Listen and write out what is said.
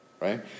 Right